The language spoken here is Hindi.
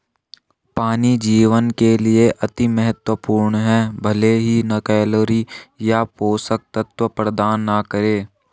पानी जीवन के लिए अति महत्वपूर्ण है भले ही कैलोरी या पोषक तत्व प्रदान न करे